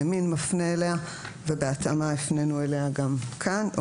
מין מפנה אליה ובהתאמה הפנינו אליה גם כאן.